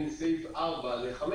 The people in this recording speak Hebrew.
סעיף 4 ל-5.